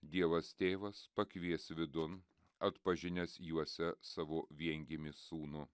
dievas tėvas pakvies vidun atpažinęs juose savo viengimį sūnų